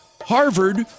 Harvard